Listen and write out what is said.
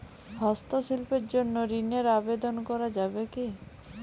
হস্তশিল্পের জন্য ঋনের আবেদন করা যাবে কি?